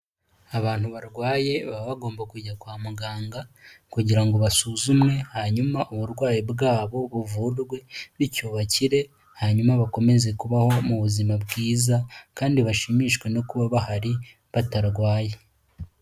Abantu barwaye baba bagomba kujya kwa muganga, kugira ngo basuzumwe hanyuma uburwayi bwabo buvurwe, bityo bakire, hanyuma bakomeze kubaho mu buzima bwiza, kandi bashimishwe no kuba bahari, batarwaye.